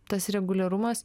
tas reguliarumas